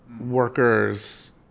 workers